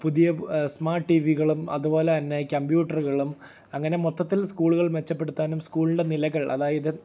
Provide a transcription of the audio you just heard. പുതിയ പ് സ്മാർട്ട് ടി വികളും അതുപോലെ തന്നെ കമ്പ്യൂട്ടറുകളും അങ്ങനെ മൊത്തത്തിൽ സ്കൂളുകൾ മെച്ചപ്പെടുത്താനും സ്കൂളിന്റെ നിലകൾ അതായത്